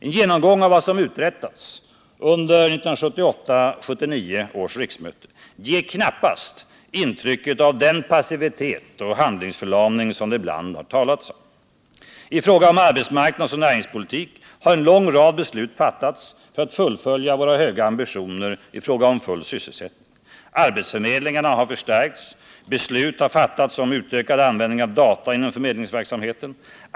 En genomgång av vad som har uträttats under 1978/79 års riksmöte ger knappast intryck av den passivitet och handlingsförlamning som det ibland har talats om. I fråga om arbetsmarknadsoch näringspolitik har en lång rad beslut fattats för att våra höga ambitioner i fråga om full sysselsättning skall kunna fullföljas. Arbetsförmedlingarna har förstärkts. Beslut har fattats om utökad användning av data inom förmedlingsverksamheten.